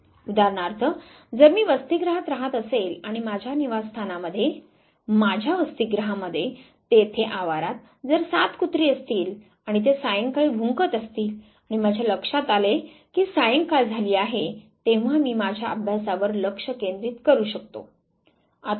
उदाहरणार्थ जर मी वसतिगृहात रहात असेल आणि माझ्या निवास स्थानामध्ये माझ्या वसतिगृहामध्ये तेथे आवारात जर 7 कुत्री असतील आणि ते सायंकाळी भुंकत असतील आणि माझ्या लक्षात आले की सायंकाळ झाली आहे तेव्हा मी माझ्या अभ्यासावर लक्ष केंद्रित करू शकतो